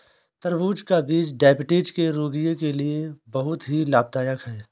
तरबूज का बीज डायबिटीज के रोगी के लिए बहुत ही लाभदायक है